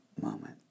moment